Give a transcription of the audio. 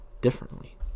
differently